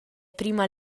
prima